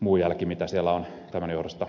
muu jälki mitä siellä on tämän johdosta tullut